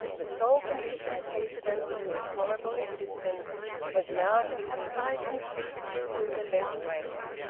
the sole condition precedent to a tolerable existence was now to have sight and speech of hilda lessways.